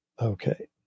Okay